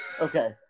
Okay